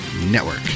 Network